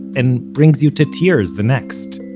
and brings you to tears the next.